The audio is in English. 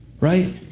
Right